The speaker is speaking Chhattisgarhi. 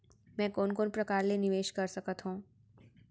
मैं कोन कोन प्रकार ले निवेश कर सकत हओं?